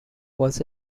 was